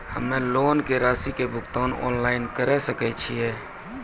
हम्मे लोन के रासि के भुगतान ऑनलाइन करे सकय छियै?